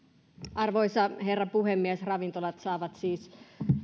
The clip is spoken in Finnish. arvoisa herra puhemies ravintolat saavat siis